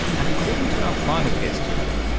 and according to our final guest today,